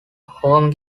home